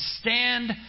Stand